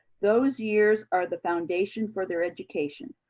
those years are the foundation for their education.